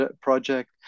project